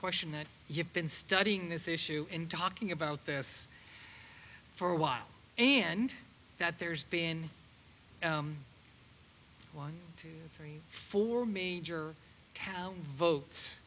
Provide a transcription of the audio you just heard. question that you've been studying this issue and talking about this for a while and that there's been one two three four major towel votes